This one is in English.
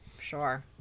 sure